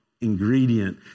ingredient